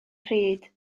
pryd